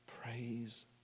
praise